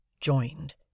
joined